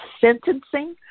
sentencing